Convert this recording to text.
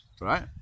right